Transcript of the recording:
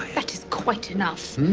that is quite enough!